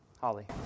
Holly